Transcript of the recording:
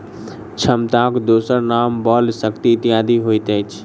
क्षमताक दोसर नाम बल, शक्ति इत्यादि होइत अछि